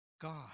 God